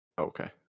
Okay